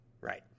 Right